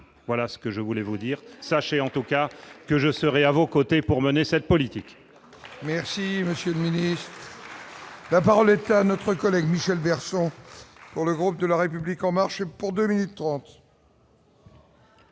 voilà ce que je voulais vous dire sachez en tout cas que je serai à vos côtés pour mener cette politique.